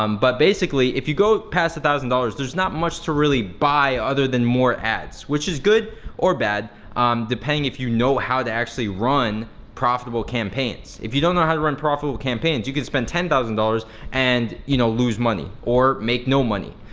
um but basically if you go past the one thousand dollars there's not much to really buy other than more ads, which is good or bad um depending if you know how to actually run profitable campaigns. if you don't know how to run profitable campaigns you could spend ten thousand dollars and you know lose money, or make no money,